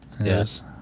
Yes